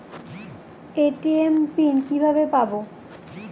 ATM pin কিভাবে পাবো?